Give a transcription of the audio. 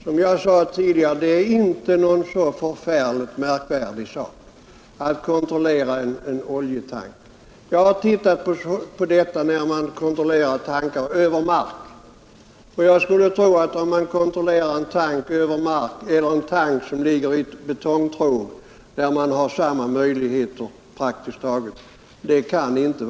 Som jag sade tidigare är det inte så särskilt märkvärdigt att kontrollera en oljetank. Jag har själv varit med vid kontroll av tankar över mark, och det kan inte vara mycket svårare att göra en sådan kontroll på en tank som ligger i betongtråg under jord, där man har praktiskt taget samma möjligheter.